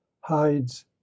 hides